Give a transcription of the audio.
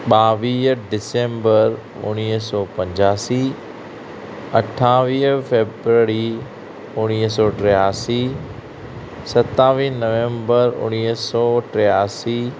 ॿावीह ॾिसैंबर उणिवीह सौ पंजासी अठावीह फैब्ररी उणिवीह सौ टियासी सतावीह नवम्बर उणिवीह सौ टियासी